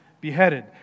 beheaded